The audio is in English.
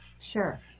Sure